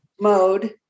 mode